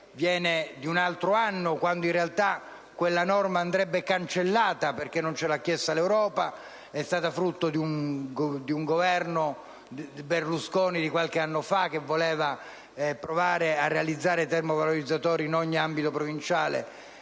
di un altro anno, quando in realtà quella norma andrebbe cancellata perché non ce l'ha chiesta l'Europa; è stata frutto dell'operato del Governo Berlusconi di qualche anno fa che voleva provare a realizzare i termovalorizzatori in ogni ambito provinciale